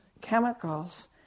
chemicals